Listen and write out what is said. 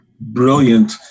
brilliant